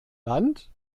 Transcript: land